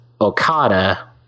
Okada